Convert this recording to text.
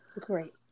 Great